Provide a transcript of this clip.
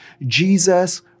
Jesus